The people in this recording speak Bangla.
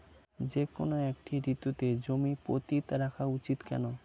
যেকোনো একটি ঋতুতে জমি পতিত রাখা উচিৎ কেন?